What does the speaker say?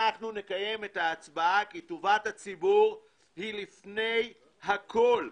אנחנו נקיים את ההצבעה כי טובת הציבור היא לפני הכל.